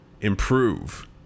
improve